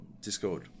Discord